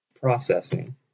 processing